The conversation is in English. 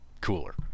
cooler